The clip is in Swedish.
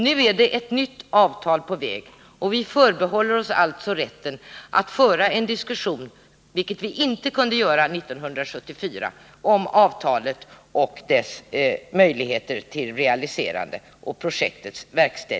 Nu är ett nytt avtal på väg, och vi förbehåller oss rätten att föra en diskussion — vilket vi alltså inte kunde göra 1974 — om avtalet och om möjligheterna att realisera projektet.